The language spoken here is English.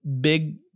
big